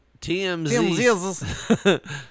TMZ